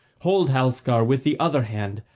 hold, halfgar, with the other hand,